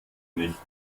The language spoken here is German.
nicht